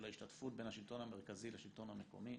ההשתתפות בין השלטון המרכזי לשלטון המקומי,